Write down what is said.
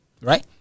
right